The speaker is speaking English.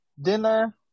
dinner